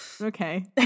Okay